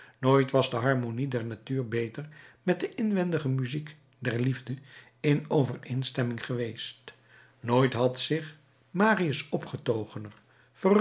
nooit was de harmonie der natuur beter met de inwendige muziek der liefde in overeenstemming geweest nooit had zich marius